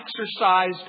exercised